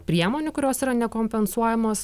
priemonių kurios yra nekompensuojamos